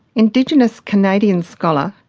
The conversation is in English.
indigenous canadian scholar,